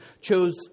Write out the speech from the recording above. chose